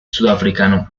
sudafricano